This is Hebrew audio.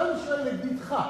עכשיו אני שואל: לדידך,